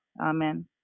Amen